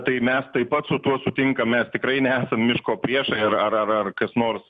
tai mes taip pat su tuo sutinkam mes tikrai nesam miško priešai ir ar ar ar kas nors